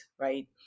right